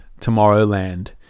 Tomorrowland